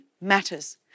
matters